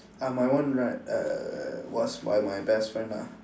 ah mine one right err was by my best friend ah